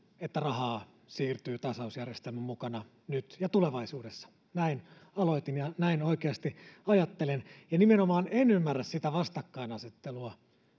että rahaa siirtyy tasausjärjestelmän mukana nyt ja tulevaisuudessa näin aloitin ja näin oikeasti ajattelen ja nimenomaan en ymmärrä sitä vastakkainasettelua